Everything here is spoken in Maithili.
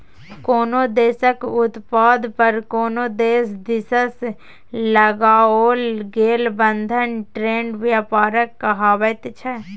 कोनो देशक उत्पाद पर कोनो देश दिससँ लगाओल गेल बंधन ट्रेड व्यापार कहाबैत छै